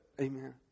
Amen